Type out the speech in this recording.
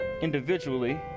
individually